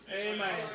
amen